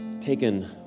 taken